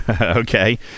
Okay